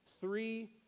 Three